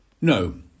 No